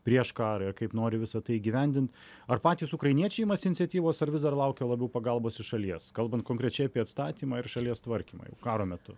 prieš karą ir kaip nori visa tai įgyvendint ar patys ukrainiečiai imasi iniciatyvos ar vis dar laukia labiau pagalbos iš šalies kalbant konkrečiai apie atstatymą ir šalies tvarkymą jau karo metu